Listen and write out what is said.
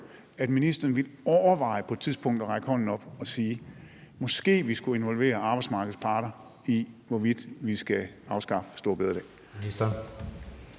at ministeren ville overveje på et tidspunkt at række hånden op og sige: Måske vi skulle involvere arbejdsmarkedets parter i, hvorvidt vi skal afskaffe store bededag?